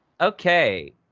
okay